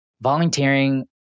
Volunteering